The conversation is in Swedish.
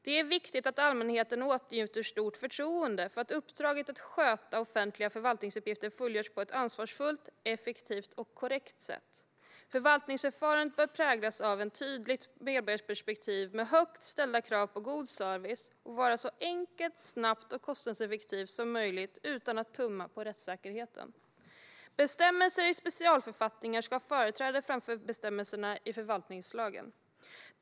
Det är viktigt att allmänheten åtnjuter stort förtroende för att uppdraget att sköta offentliga förvaltningsuppgifter fullgörs på ett ansvarsfullt, effektivt och korrekt sätt. Förvaltningsförfarandet bör präglas av ett tydligt medborgarperspektiv med högt ställda krav på god service och vara så enkelt, snabbt och kostnadseffektivt som möjligt utan att tumma på rättssäkerheten. Bestämmelserna i specialförfattningar ska ha företräde framför bestämmelserna i förvaltningslagen.